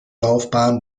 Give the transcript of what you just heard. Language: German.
laufbahn